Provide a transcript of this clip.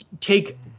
take